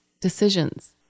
decisions